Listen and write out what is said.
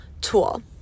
tool